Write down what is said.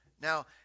now